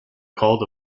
called